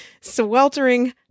sweltering